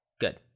Good